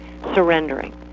surrendering